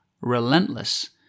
relentless